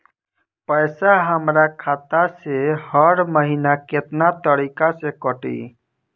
पैसा हमरा खाता से हर महीना केतना तारीक के कटी?